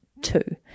two